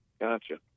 Gotcha